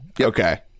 Okay